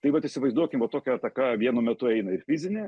tai vat įsivaizduokim va tokia ataka vienu metu eina ir fizinė